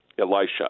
Elisha